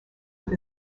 with